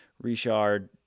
Richard